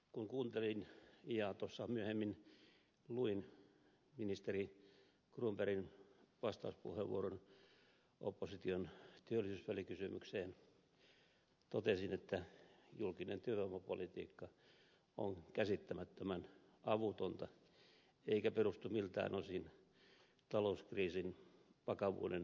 kun kuuntelin ja tuossa myöhemmin luin ministeri cronbergin vastauspuheenvuoron opposition työllisyysvälikysymykseen totesin että julkinen työvoimapolitiikka on käsittämättömän avutonta eikä perustu miltään osin talouskriisin vakavuuden käsittämiseen